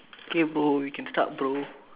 okay bro we can start bro